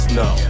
no